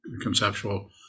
conceptual